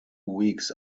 weeks